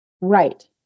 Right